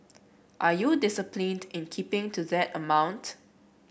are you disciplined in keeping to that amount